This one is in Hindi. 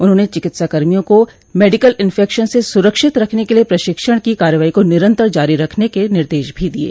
उन्होंने चिकित्साकम्रियों को मडिकल इंफेक्शन से सुरक्षित रखने क लिये प्रशिक्षण की कार्रवाई को निरन्तर जारी रखने के निर्देश भी दिये